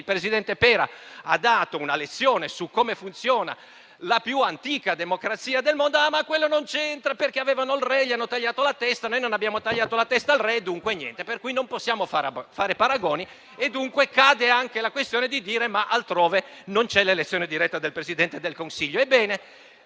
Il presidente Pera ha dato una lezione su come funziona la più antica democrazia del mondo, ma quello non c'entra perché avevano il re, gli hanno tagliato la testa; noi non abbiamo tagliato la testa al re, dunque non possiamo fare paragoni e dunque cade anche la questione di dire che altrove non c'è l'elezione diretta del Presidente del Consiglio.